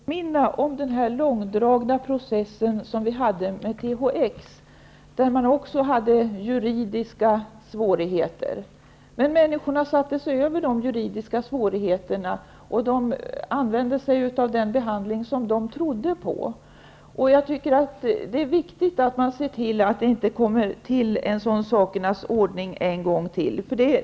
Herr talman! Jag vill påminna om den här långdragna processen som vi hade när det gällde THX. Då fanns också juridiska svårigheter med i bilden. Människorna satte sig emellertid över dessa juridiska svårigheter, och de använde sig av den behandling som de trodde på. Det är viktigt att se till att inte en sådan tingens ordning kommer till stånd en gång till.